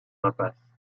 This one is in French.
impasse